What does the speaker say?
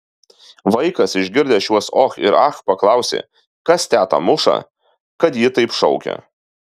vaikas išgirdęs šiuos och ir ach paklausė kas tetą muša kad ji taip šaukia